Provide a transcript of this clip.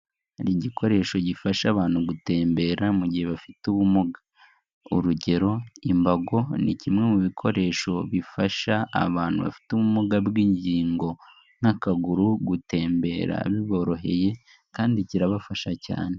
Ni igikoresho gifasha abantu gutembera mu gihe bafite ubumuga, urugero imbago, ni kimwe mu bikoresho bifasha abantu bafite ubumuga bw'ingingo, nk'akaguru gutembera biboroheye kandi kirabafasha cyane.